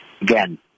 Again